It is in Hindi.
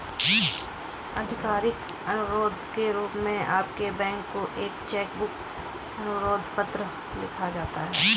आधिकारिक अनुरोध के रूप में आपके बैंक को एक चेक बुक अनुरोध पत्र लिखा जाता है